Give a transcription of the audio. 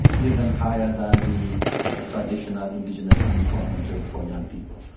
even higher than the ah traditional indigenous unemployment rate for young people.